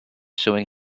showing